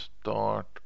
start